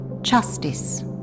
Justice